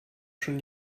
schon